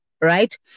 Right